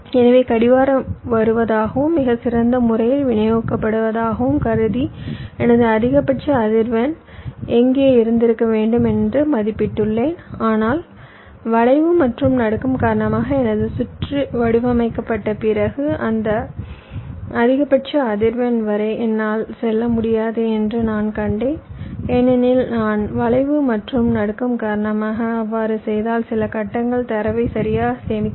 எனவே கடிகாரம் வருவதாகவும் மிகச் சிறந்த முறையில் விநியோகிக்கப்படுவதாகவும் கருதி எனது அதிகபட்ச அதிர்வெண் எங்கே இருந்திருக்க வேண்டும் என்று மதிப்பிட்டுள்ளேன் ஆனால் வளைவு மற்றும் நடுக்கம் காரணமாக எனது சுற்று வடிவமைக்கப்பட்ட பிறகு அந்த அதிகபட்ச அதிர்வெண் வரை என்னால் செல்ல முடியாது என்று நான் கண்டேன் ஏனெனில் நான் வளைவு மற்றும் நடுக்கம் காரணமாக அவ்வாறு செய்தால் சில கட்டங்கள் தரவை சரியாக சேமிக்காது